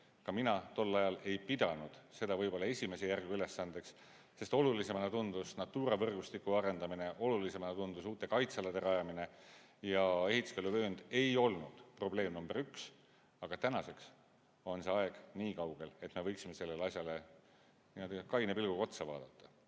Ka mina tol ajal ei pidanud seda võib-olla esimese järgu ülesandeks, sest olulisemana tundus Natura võrgustiku arendamine, olulisemana tundus uute kaitsealade rajamine ja ehituskeeluvöönd ei olnud probleem number üks, aga tänaseks on aeg niikaugel, et me võiksime sellele asjale kaine pilguga vaadata.